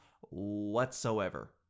whatsoever